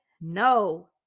no